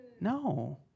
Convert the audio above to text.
No